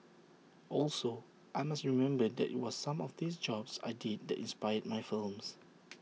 also I must remember that IT was some of these jobs I did that inspired my films